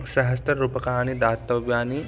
सहस्र रूप्यकाणि दातव्यानि